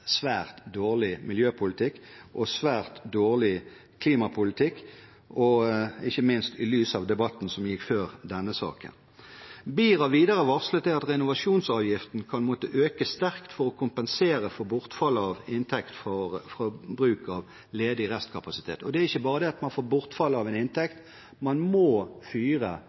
svært dårlig miljøpolitikk og svært dårlig klimapolitikk, ikke minst i lys av debatten som gikk før denne saken. BIR har videre varslet at renovasjonsavgiften kan måtte økes sterkt for å kompensere for bortfall av inntekt fra bruk av ledig restkapasitet. Det er ikke bare det at man får bortfall av en inntekt, man må fyre